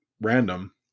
random